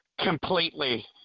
completely